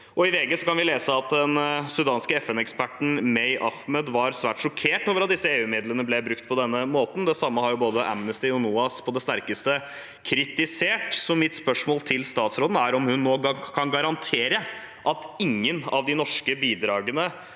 I VG kan vi lese at den sudanske FN-eksperten Mey Ahmed var svært sjokkert over at disse EU-midlene ble brukt på denne måten. Det samme har både Amnesty og NOAS på det sterkeste kritisert. Mitt spørsmål til utenriksministeren er om hun nå kan garantere at ingen av de norske bidragene